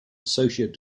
associate